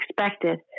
expected